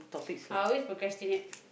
I always procrastinate